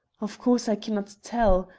of course i cannot tell.